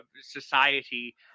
society